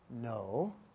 No